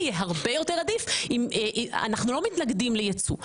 אנחנו לא מתנגדים לייצוא.